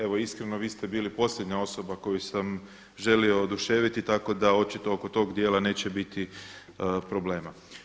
Evo iskreno vi ste bili posljednja osoba koju sam želio oduševiti tako da očito oko tog dijela neće biti problema.